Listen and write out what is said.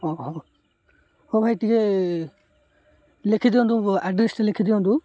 ହଁ ହଉ ହଉ ଭାଇ ଟିକିଏ ଲେଖିଦିଅନ୍ତୁ ଆଡ଼୍ରେସ୍ଟେ ଲେଖିଦିଅନ୍ତୁ